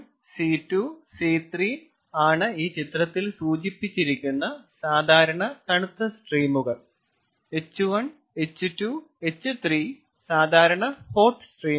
C1 C2 C3 ആണ് ഈ ചിത്രത്തിൽ സൂചിപ്പിച്ചിരിക്കുന്ന സാധാരണ തണുത്ത സ്ട്രീമുകൾ H1 H2 H3 സാധാരണ ഹോട്ട് സ്ട്രീമുകൾ